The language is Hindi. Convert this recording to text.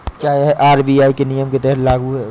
क्या यह आर.बी.आई के नियम के तहत लागू है?